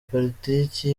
politiki